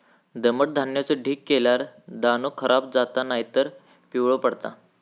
दमट धान्याचो ढीग केल्यार दाणो खराब जाता नायतर पिवळो पडता